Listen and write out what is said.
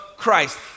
Christ